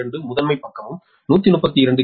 2 முதன்மை பக்கமும் 132 KV